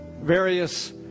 various